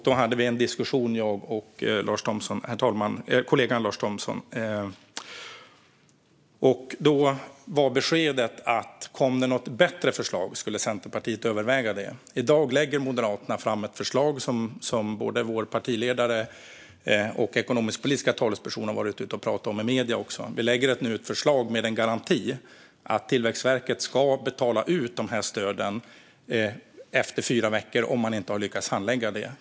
Då hade kollegan Lars Thomsson och jag en diskussion, herr talman, där beskedet var att om det kom något bättre förslag skulle Centerpartiet överväga det. I dag lägger Moderaterna fram ett förslag som både vår partiledare och vår ekonomisk-politiska talesperson också har varit ute och pratat om i medierna. Vi lägger fram ett förslag om en garanti att Tillväxtverket ska betala ut stöden efter fyra veckor om man inte har lyckats handlägga dem.